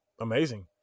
amazing